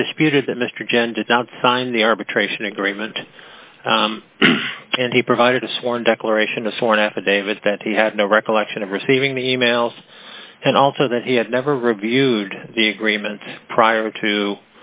undisputed that mr jenner did not sign the arbitration agreement and he provided a sworn declaration a sworn affidavit that he had no recollection of receiving the e mails and also that he had never reviewed the agreements prior to